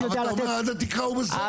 יודע לתת --- אבל אתה אומר עד התקרה --- אבל,